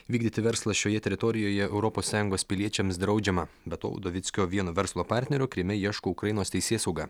vykdyti verslą šioje teritorijoje europos sąjungos piliečiams draudžiama be to udovickio vieno verslo partnerio kryme ieško ukrainos teisėsauga